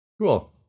cool